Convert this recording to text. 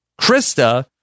Krista